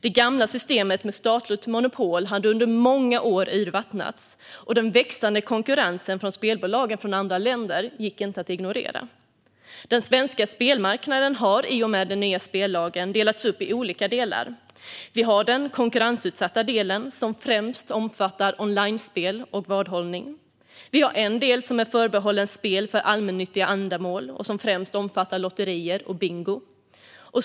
Det gamla systemet med statligt monopol hade under många år urvattnats, och den växande konkurrensen från spelbolag från andra länder gick inte att ignorera. Den svenska spelmarknaden har i och med den nya spellagen delats upp i olika delar. Vi har den konkurrensutsatta delen, som främst omfattar onlinespel och vadhållning. Vi har en del som är förbehållen spel för allmännyttiga ändamål och som främst omfattar lotterier och bingo.